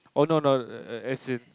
oh no no err err as in